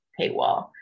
paywall